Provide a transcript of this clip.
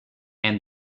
and